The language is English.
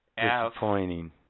disappointing